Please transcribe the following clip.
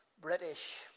British